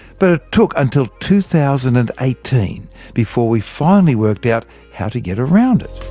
but it took until two thousand and eighteen before we finally worked out how to get around it.